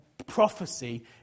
prophecy